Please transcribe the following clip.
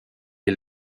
est